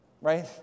right